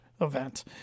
event